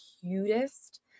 cutest